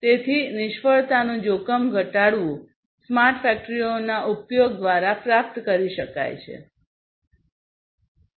તેથી નિષ્ફળતાનું જોખમ ઘટાડવું સ્માર્ટ ફેક્ટરીઓના ઉપયોગ દ્વારા પ્રાપ્ત કરી શકાય છે